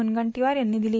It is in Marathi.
मुनगंटीवार यांनी दिली